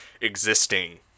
existing